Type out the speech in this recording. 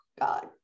God